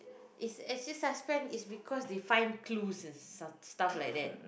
it's as if suspense is because they find clues and stuff stuff like that